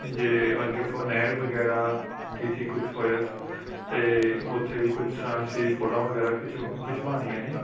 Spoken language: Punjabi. ਜੇ ਅੱਗੇ ਫੇਰ ਨਹਿਰ ਵਗੈਰਾ ਕਿਤੇ ਕੁਝ ਹੋਇਆ ਅਤੇ ਉੱਥੇ ਵੀ ਕੁਝ ਥਾਂ ਅਸੀਂ ਫੋਟੋਆਂ ਵਗੈਰਾ ਖਿੱਚਵਾ ਖਿੱਚਵਾਉਣੀਆਂ ਨੇ